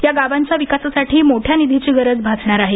या गावांच्या विकासासाठी मोठ्या निधीची गरज भासणार आहे